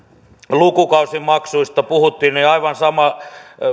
lukukausimaksuista puhuttiin aivan